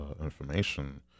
information